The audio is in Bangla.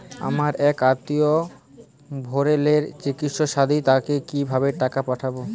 আমার এক আত্মীয় ভেলোরে চিকিৎসাধীন তাকে কি ভাবে টাকা পাঠাবো?